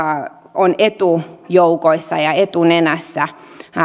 on etujoukoissa ja etunenässä